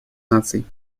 наций